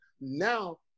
now